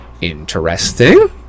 Interesting